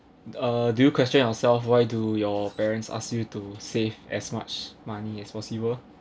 uh do you question yourself why do your parents ask you to save as much money as possible